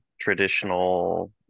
traditional